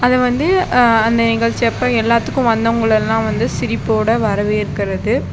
அது வந்து அந்த நிகழ்ச்சி அப்போ எல்லாத்துக்கும் வந்தவங்கள எல்லாம் வந்து சிரிப்போடு வரவேற்கிறது